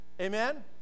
Amen